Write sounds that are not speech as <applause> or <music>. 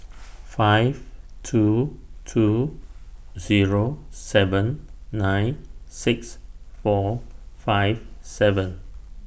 <noise> five two two Zero seven nine six four five seven